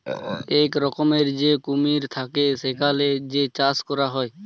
ইক রকমের যে কুমির থাক্যে সেটার যে চাষ ক্যরা হ্যয়